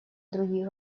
других